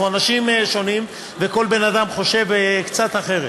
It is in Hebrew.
אנחנו אנשים שונים, וכל בן-אדם חושב קצת אחרת